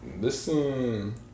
Listen